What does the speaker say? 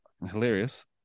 hilarious